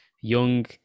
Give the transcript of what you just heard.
young